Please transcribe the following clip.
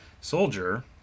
soldier